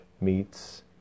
meets